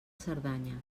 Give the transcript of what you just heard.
cerdanya